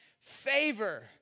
favor